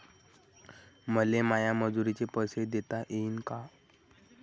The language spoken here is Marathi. मले माया मजुराचे पैसे देता येईन का?